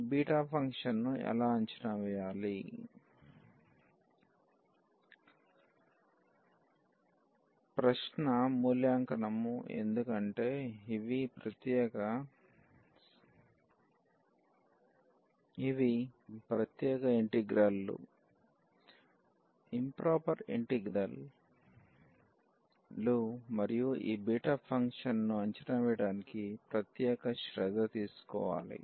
ఈ బీటా ఫంక్షన్ను ఎలా అంచనా వేయాలి ప్రశ్న మూల్యాంకనము ఎందుకంటే ఇవి ప్రత్యేక ఇంటిగ్రల్ లు ఇంప్రాపర్ ఇంటిగ్రల్ లు మరియు ఈ బీటా ఫంక్షన్ను అంచనా వేయడానికి ప్రత్యేక శ్రద్ధ తీసుకోవాలి